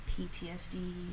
PTSD